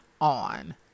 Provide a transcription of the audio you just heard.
on